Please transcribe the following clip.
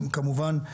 כמובן,